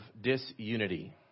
disunity